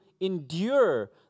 endure